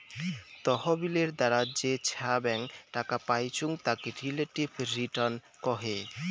তহবিলের দ্বারা যে ছাব্যাং টাকা পাইচুঙ তাকে রিলেটিভ রিটার্ন কহে